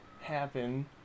happen